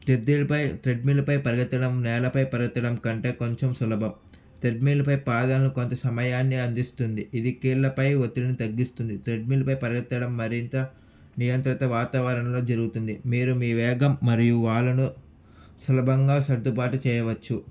ట్రెడ్మిల్పై ట్రెడ్మిల్పై పరిగెత్తడం నేలపై పరిగెత్తడం కంటే కొంచెం సులభం ట్రెడ్మిల్పై పాదాలను కొంత సమయాన్ని అందిస్తుంది ఇది కీళ్ళపై ఒత్తిడిని తగ్గిస్తుంది ట్రెడ్మిల్పై పరిగెత్తడం మరింత నియంత్రిత వాతావరణంలో జరుగుతుంది మీరు మీ వేగం మరియు వాలును సులభంగా సర్దుబాటు చేయవచ్చు